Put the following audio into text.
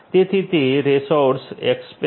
તેથી તે resource exemption attack છે